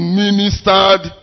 ministered